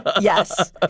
Yes